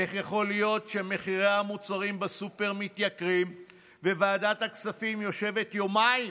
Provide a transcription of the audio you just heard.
איך יכול להיות שמחירי המוצרים בסופר עולים וועדת הכספים יושבת יומיים